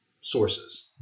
sources